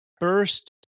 first